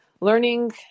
learning